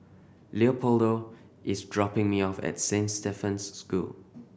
Leopoldo is dropping me off at Saint Stephen's School